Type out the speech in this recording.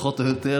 פחות או יותר,